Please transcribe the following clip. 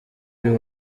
uyu